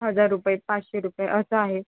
हजार रुपये पाचशे रुपये असं आहे